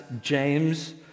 James